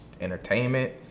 entertainment